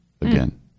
again